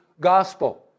gospel